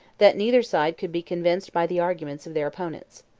that neither side could be convinced by the arguments of their opponents.